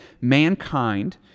mankind